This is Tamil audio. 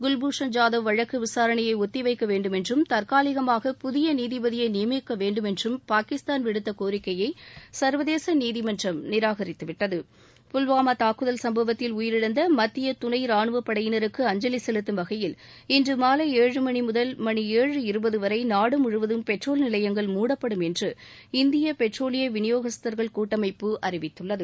குவ்பூஷண் ஜாதவ் வழக்கு விசாரணையை ஒத்தி வைக்க வேண்டுமென்றும் தற்காலிகமாக புதிய நீதிபதியை நியமிக்க வேண்டுமென்றும் பாகிஸ்தான் விடுத்த கோரிக்கையை சர்வதேச நீதிமன்றம் நிராகரித்து விட்டது புல்வாமா தாக்குதல் சம்பவத்தில் உயிரிழந்த மத்திய துணை ரானுவப் படையினருக்கு அஞ்சலி செலுத்தும் வகையில் இன்று மாலை ஏழு மணி முதல் மணி ஏழு இருபது வரை நாடு முழுவதும் பெட்ரோல் நிலையங்கள் மூடப்படும் என்று இந்திய பெட்ரோலிய விநியோகஸ்தர்கள் கூட்டமைப்பு அறிவித்துள்ளது